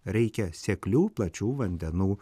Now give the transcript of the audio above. reikia seklių plačių vandenų